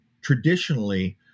traditionally